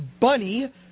bunny